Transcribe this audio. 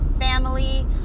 family